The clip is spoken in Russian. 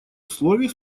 условий